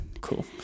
cool